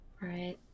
Right